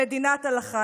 למדינת הלכה.